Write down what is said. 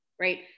right